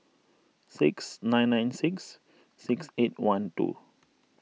six nine nine six six eight one two